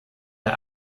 der